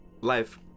life